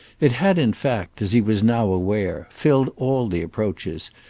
it had in fact, as he was now aware, filled all the approaches,